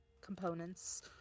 components